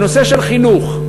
בנושא של חינוך,